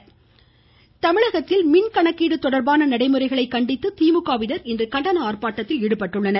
திமுக ஆர்ப்பாட்டம் தமிழகத்தில் மின்கணக்கீடு தொடர்பான நடைமுறைகளை கண்டித்து திமுகவினர் இன்று கண்டன ஆர்ப்பாட்டத்தில் ஈடுபட்டுள்ளனர்